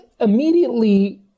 immediately